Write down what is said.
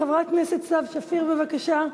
חברת הכנסת סתיו שפיר, בבקשה.